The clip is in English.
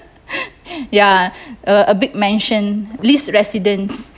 ya a big mansion list residents